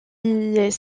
est